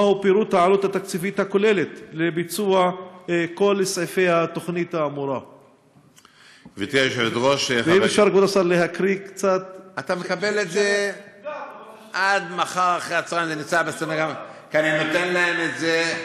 3. מהו פירוט